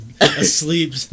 asleep